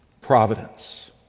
providence